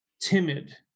timid